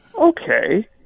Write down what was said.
okay